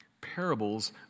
Parables